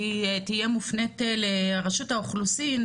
היא תהיה מופנית לרשות האוכלוסין,